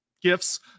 gifts